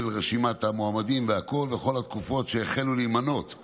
המקומיות, שהיו אמורות להתקיים אתמול,